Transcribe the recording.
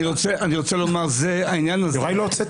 אבל עכשיו אני --- אני רוצה לסיים כי היושב-ראש מחזיק